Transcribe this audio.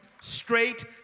straight